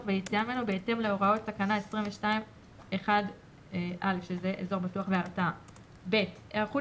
ויציאה ממנו בהתאם להוראות תקנה 22(1)(א) ; (ב) היערכות